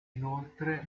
inoltre